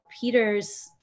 Peter's